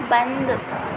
बंद